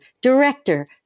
director